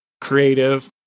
creative